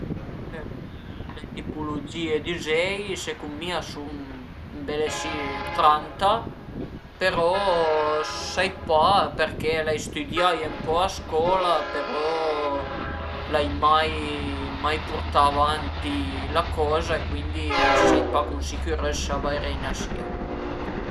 Le tipulugìe d'üzei secund mi a sun belesi tranta però sai pa perché l'ai stüdiaie ën po a scola, però l'ai mai mai purtà avanti la coza e cuindi sai pa cun sicürëssa vaire a i ën sia